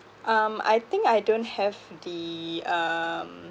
um I think I don't have the um